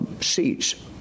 seats